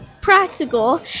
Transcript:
practical